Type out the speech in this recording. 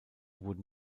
wurden